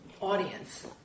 audience